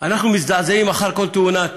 אנחנו מזעזעים אחר כל תאונת